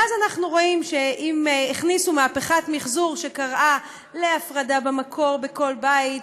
ואז אנחנו רואים שאם הכניסו מהפכת מחזור שקראה להפרדה במקור בכל בית,